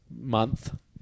month